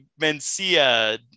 Mencia